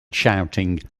shouting